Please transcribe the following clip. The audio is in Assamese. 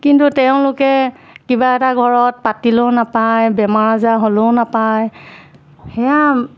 কিন্তু তেওঁলোকে কিবা এটা ঘৰত পাতিলেও নাপাই বেমাৰ আজাৰ হ'লেও নাপাই সেয়া